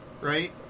right